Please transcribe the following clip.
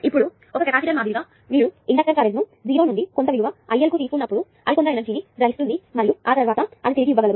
ఇప్పుడు కెపాసిటర్ మాదిరిగా మీరు ఇండక్టర్ కరెంట్ను 0 నుండి కొంత విలువ ILకు తీసుకున్నప్పుడు అది కొంత ఎనర్జీ ని గ్రహిస్తుంది మరియు ఆ తరువాత అది తిరిగి ఇవ్వగలదు